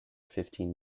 fifteen